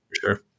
Sure